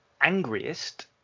angriest